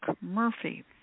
Murphy